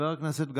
חבר הכנסת גפני,